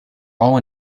all